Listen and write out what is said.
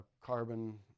carbon